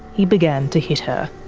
he began to hit her.